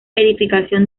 edificación